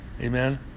Amen